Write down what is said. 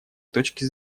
точки